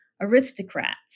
aristocrats